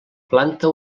planta